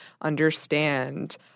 understand